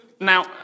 now